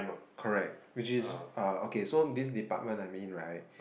correct which is uh okay so this department I mean right